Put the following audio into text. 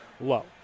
low